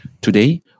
Today